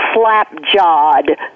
slap-jawed